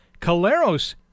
Caleros